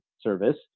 service